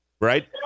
Right